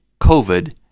COVID